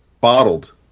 bottled